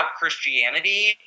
Christianity